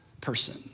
person